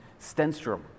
Stenstrom